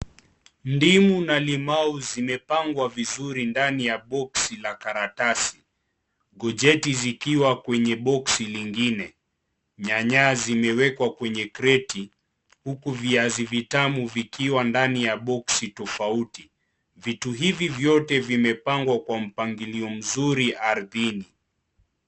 Ndimu na limau zimepangwa vizuri ndani ya box la karatasi. Courgette zikiwa kwenye box lingine, nyanya zimewekwa kwenye kreti, huku viazi vitamu vikiwa ndani ya box tofauti. Vitu hivi vyote vimepangwa kwa mpangilio mzuri ardhini.